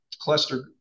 Cluster